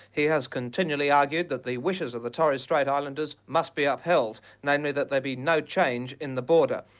he has continually argued that the wishes of the torres strait islanders must be upheld, namely that there be no change in the border.